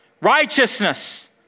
Righteousness